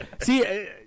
See